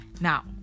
Now